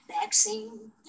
Vaccine